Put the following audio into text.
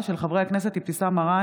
מאת חבר הכנסת משה אבוטבול